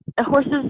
horses